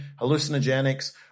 hallucinogenics